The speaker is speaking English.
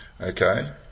okay